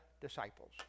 disciples